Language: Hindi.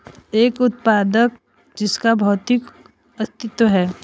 एक उत्पाद जिसका भौतिक अस्तित्व है?